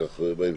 בבקשה.